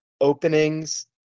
openings